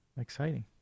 Exciting